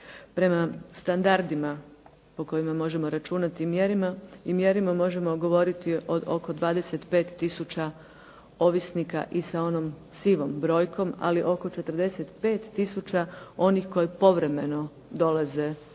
Prema standardima po kojima možemo računati i mjerimo možemo govoriti od oko 25 tisuća ovisnika i sa onom sivom brojkom ali oko 45 tisuća onih koji povremeno dolaze u